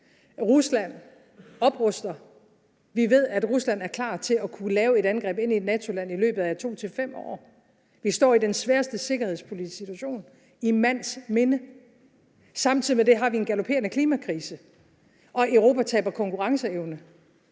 Rusland opruster; vi ved, at Rusland er klar til at kunne lave et angreb ind i et NATO-land i løbet af 2 til 5 år; vi står i den sværeste sikkerhedspolitiske situation i mands minde. Samtidig med det har vi en galopperende klimakrise, og Europa taber konkurrenceevne.